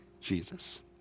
Jesus